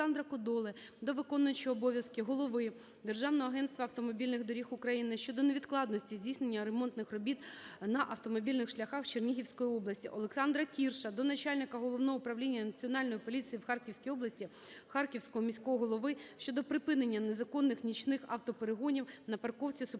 Олександра Кодоли до виконуючого обов'язки голови Державного агентства автомобільних доріг України щодо невідкладності здійснення ремонтних робіт на автомобільних шляхах Чернігівської області. Олександра Кірша до начальника Головного управління Національної поліції в Харківській області, Харківського міського голови щодо припинення незаконних нічних автоперегонів на парковці супермаркету